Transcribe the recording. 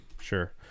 Sure